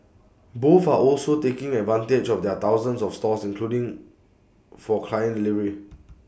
both are also taking advantage of their thousands of stores including for client delivery